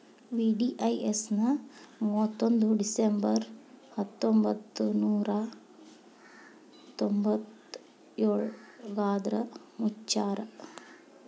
VDIS ನ ಮುವತ್ತೊಂದ್ December ಹತ್ತೊಂಬತ್ ನೂರಾ ತೊಂಬತ್ತಯೋಳ್ರಾಗ ಮುಚ್ಚ್ಯಾರ